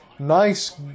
Nice